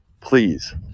please